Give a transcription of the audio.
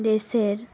দেশের